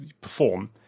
perform